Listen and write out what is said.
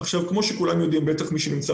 כמו שכולם יודעים, בטח מי שנמצא